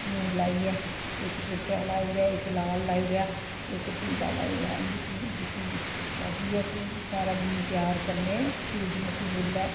प्यूंद लाइयै इक चिट्टा लाई ओड़ेआ इक लाल लाई ओड़ेआ इक पीला लाई ओड़ेआ इं'दी प्योंद कीती दी बाकी अस सारा बी त्यार करने सूरजमुखी फुल्ल ऐ